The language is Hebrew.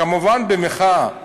כמובן במחאה.